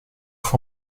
fois